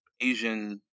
Asian